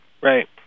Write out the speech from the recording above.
Right